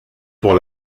pour